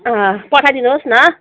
पठाइदिनु होस् न